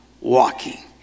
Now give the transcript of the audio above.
walking